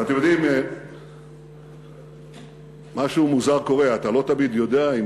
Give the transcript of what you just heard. אתם יודעים, משהו מוזר קורה, אתה לא תמיד יודע אם